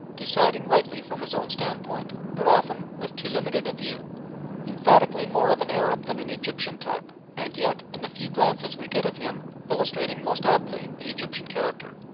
deciding rightly from his own standpoint, but often with too limited a view emphatically more of an arab than an egyptian type, and yet in the few glances we get of him, illustrating, most aptly, the egyptian character.